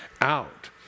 out